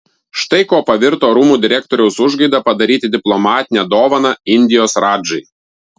štai kuo pavirto rūmų direktoriaus užgaida padaryti diplomatinę dovaną indijos radžai